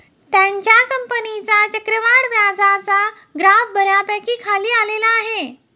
त्याच्या कंपनीचा चक्रवाढ व्याजाचा ग्राफ बऱ्यापैकी खाली आलेला आहे